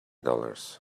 dollars